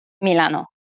Milano